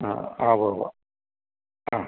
ആ ആ ഉവ്വുവ്വ് ആ